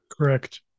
Correct